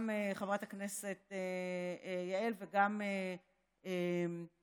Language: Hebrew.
גם חברת הכנסת יעל וגם ענבר,